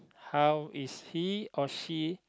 how is he or she